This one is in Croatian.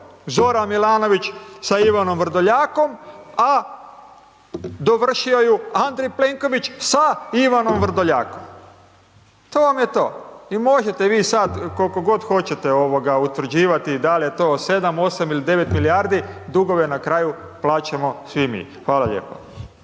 Zoran Milanović sa Ivanom Vrdoljakom, a dovršio ju Andrej Plenković sa Ivanom Vrdoljakom, to vam je to i možete vi sad koliko god hoćete utvrđivati dal je to 7, 8 ili 9 milijardi, dugove na kraju plaćamo svi mi. Hvala lijepo.